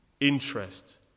interest